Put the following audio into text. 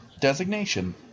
Designation